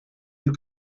you